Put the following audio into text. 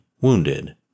wounded